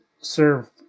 serve